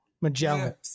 Magellan